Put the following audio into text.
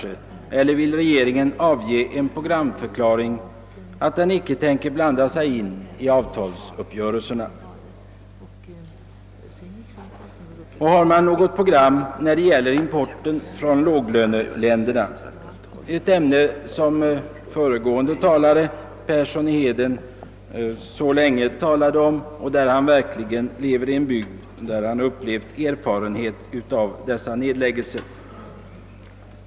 Eller vill regeringen avge en programförklaring att den icke tänker blanda sig i avtalsuppgörelserna? Har man vidare något program när det gäller importen från låglöneländerna? — ett ämne som föregående talare, herr Persson i Heden, så länge behandlade. Denne lever verkligen i en bygd som har erfarenheter av företagsnedläggelse.